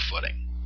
footing